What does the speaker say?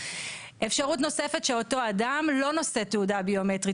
אפשרות נוספת שאותו אדם לא נושא תעודה ביומטרית